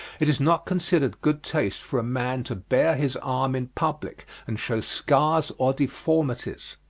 it is not considered good taste for a man to bare his arm in public and show scars or deformities.